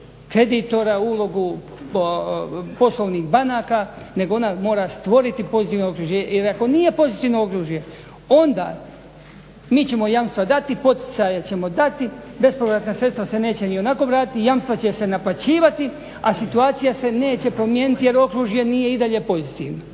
kreditora, ulogu poslovnih banaka nego ona mora stvoriti pozitivno okruženje jer ako nije pozitivno okružje onda mi ćemo jamstva dati, poticaje ćemo dati, bespovratna sredstva se neće ni onako vratiti, jamstva će se naplaćivati, a situacija se neće promijeniti jer okružje nije i dalje pozitivno.